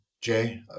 Jay